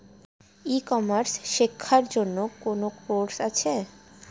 E commerce শেক্ষার জন্য কোন কোর্স আছে?